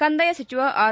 ಕಂದಾಯ ಸಚಿವ ಆರ್